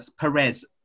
Perez